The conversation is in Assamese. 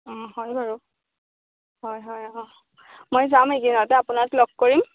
হয় বাৰু হয় হয় অঁ মই যাম এইকেইদিনতে আপোনাক লগ কৰিম